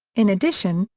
in addition,